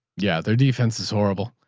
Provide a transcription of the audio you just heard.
yeah. their defense is horrible,